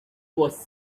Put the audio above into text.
was